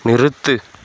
நிறுத்து